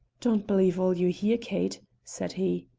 don't believe all you hear, kate, said he.